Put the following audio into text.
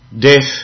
death